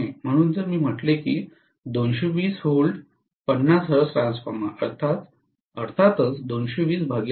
म्हणून जर मी म्हटले की मी 220 V 50 Hz ट्रान्सफॉर्मर अर्थातच 220110 V